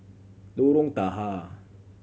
Lorong Tahar